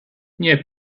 nie